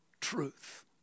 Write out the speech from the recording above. truth